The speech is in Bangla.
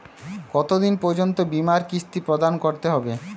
কতো দিন পর্যন্ত বিমার কিস্তি প্রদান করতে হবে?